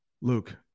luke